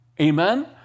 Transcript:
Amen